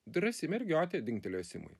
drąsi mergiotė dingtelėjo simui